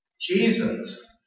Jesus